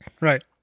right